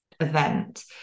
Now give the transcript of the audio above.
event